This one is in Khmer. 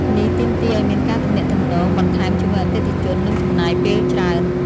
នេះទាមទារឱ្យមានការទំនាក់ទំនងបន្ថែមជាមួយអតិថិជន និងចំណាយពេលច្រើន។